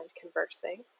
conversing